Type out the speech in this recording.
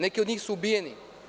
Neki od njih su ubijeni.